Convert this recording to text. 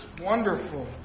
wonderful